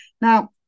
Now